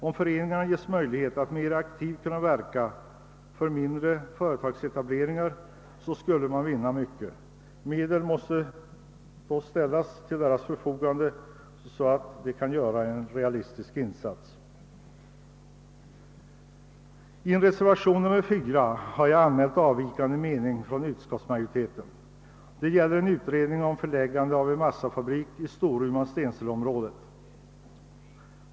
Om föreningarna ges möjligheter att mer aktivt verka för mindre företagsetableringar skulle mycket vara att vinna. Medel måste dock ställas till föreningarnas förfogande, så att de kan göra en realistisk insats. I reservation nr 4 har jag anmält en från majoriteten avvikande mening. Det gäller frågan om en utredning om förläggande av en massafabrik till Storuman-Stenseleområdet.